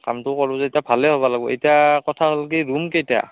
কামটো কৰোঁ যেতিয়া ভালেই হ'বা লাগব এতিয়া কথা হ'ল কি ৰুমকেইটা